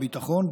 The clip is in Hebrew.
שר הביטחון,